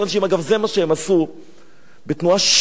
אגב, זה מה שהם עשו בתנועה שקרית,